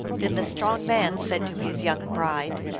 then the strong man said to his young bride,